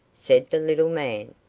said the little man.